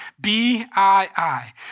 B-I-I